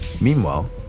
Meanwhile